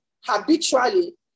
habitually